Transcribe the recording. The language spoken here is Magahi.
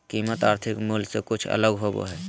कीमत आर्थिक मूल से कुछ अलग होबो हइ